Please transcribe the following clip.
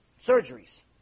Surgeries